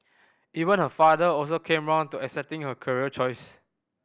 even her father also came round to accepting her career choice